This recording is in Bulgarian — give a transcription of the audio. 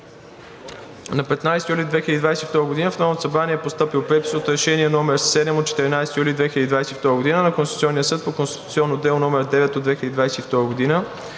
На 15 юли 2022 г. в Народното събрание е постъпил препис от Решение № 7 от 14 юли 2022 г. на Конституционния съд по конституционно дело № 9 от 2022 г.